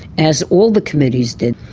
as all the committees did.